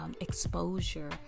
exposure